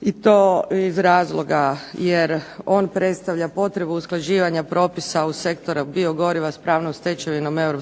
i to iz razloga jer on predstavlja potrebu usklađivanja propisa sektora biogoriva s pravnom stečevinom EU,